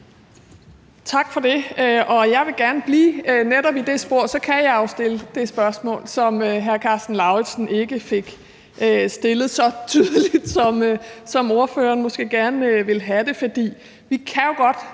Tak for det. Jeg vil gerne blive i netop det spor, og så kan jeg jo stille det spørgsmål, som hr. Karsten Lauritzen ikke fik stillet så tydeligt, som ordføreren måske gerne ville have det. For vi kan jo godt